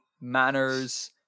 manners